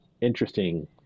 interesting